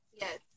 Yes